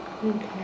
Okay